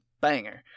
banger